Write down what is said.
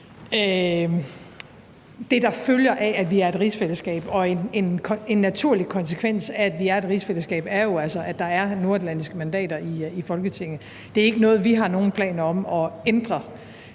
det, der følger af, at vi er et rigsfællesskab. Og en naturlig konsekvens af, at vi er et rigsfællesskab, er jo altså, at der er nordatlantiske mandater i Folketinget. Det er ikke noget, vi har nogen planer om at ændre